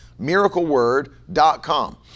Miracleword.com